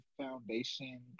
Foundation